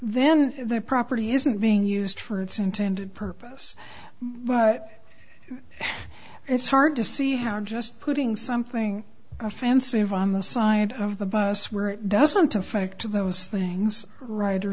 then their property isn't being used for its intended purpose but it's hard to see how just putting something offensive on the side of the bus where it doesn't affect those things